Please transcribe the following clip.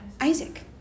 Isaac